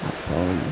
അപ്പോഴും